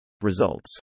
Results